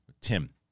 Tim